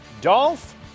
Dolph